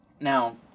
now